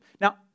Now